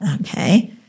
Okay